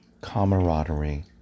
camaraderie